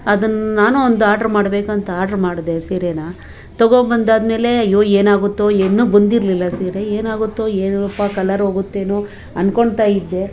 ಅದನ್ನು ನಾನು ಒಂದು ಆರ್ಡ್ರ್ ಮಾಡಬೇಕು ಅಂತ ಆರ್ಡ್ರ್ ಮಾಡ್ದೆ ಸೀರೇನಾ ತೊಗೊಂಬಂದಾದಮೇಲೆ ಅಯ್ಯೋ ಏನಾಗುತ್ತೋ ಇನ್ನು ಬಂದಿರಲಿಲ್ಲ ಸೀರೆ ಏನಾಗುತ್ತೋ ಏನೋಪ್ಪ ಕಲರ್ ಹೋಗುತ್ತೇನೋ ಅಂದ್ಕೊಳ್ತಾ ಇದ್ದೆ